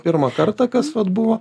pirmą kartą kas vat buvo